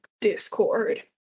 Discord